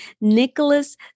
Nicholas